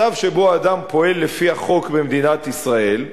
מצב שבו אדם פועל לפי החוק במדינת ישראל,